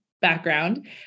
background